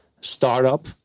startup